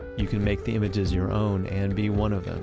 you can make the images your own and be one of them,